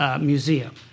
Museum